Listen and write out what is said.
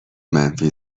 منفی